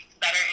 better